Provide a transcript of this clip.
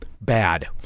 bad